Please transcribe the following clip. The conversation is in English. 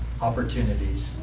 opportunities